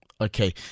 Okay